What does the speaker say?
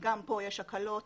גם כאן יש הקלות